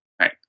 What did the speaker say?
Right